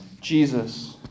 Jesus